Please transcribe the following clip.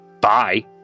Bye